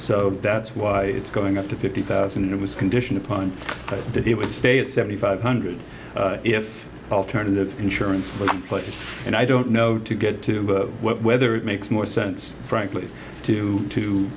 so that's why it's going up to fifty thousand and it was condition upon that it would stay at seventy five hundred if alternative insurance for employees and i don't know to get to whether it makes more sense frankly to to